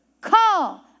call